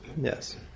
Yes